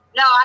no